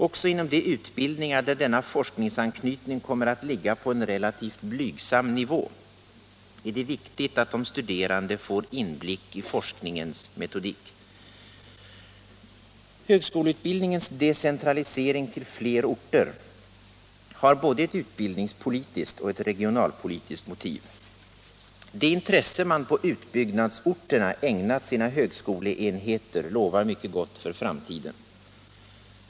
Också inom de utbildningar där denna forskningsanknytning kommer att ligga på en relativt blygsam nivå är det viktigt att de studerande får inblick i forskningens metodik. Högskoleutbildningens decentralisering till fler orter har både ett utbildningspolitiskt och ett regionalpolitiskt motiv. Det intresse man på utbyggnadsorterna ägnat sina högskoleenheter lovar mycket gott för framtiden.